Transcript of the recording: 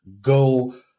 go